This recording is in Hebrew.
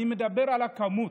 אני מדבר על הכמות.